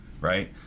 right